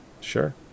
Sure